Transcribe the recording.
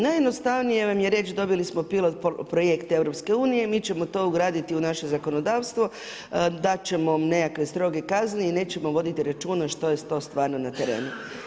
Najjednostavnije vam je reć dobili smo pilot projekt EU, mi ćemo to ugraditi u naše zakonodavstvo, dat ćemo vam nekakve stroge kazne i nećemo voditi računa što je to stvarno na terenu.